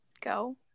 go